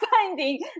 finding